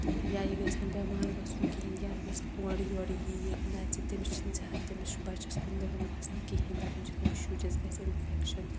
تہٕ یا یہِ گَژھِ نہٕ بیٚمار گَژھُن کِہِیٖنۍ یا یُس اورٕ یورٕ یِیہِ نَژٕ تٔمِس چھُنہٕ زیادٕ تٔمِس چھِنہٕ بَچَس کُن دِوان گَژھنہٕ کِہیٖنہِ دَپان چھِ أمس شُرِس گَژھِ اِنفیٚکشَن